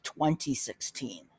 2016